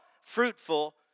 fruitful